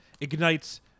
ignites